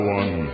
one